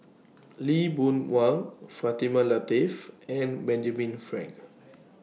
Lee Boon Wang Fatimah Lateef and Benjamin Frank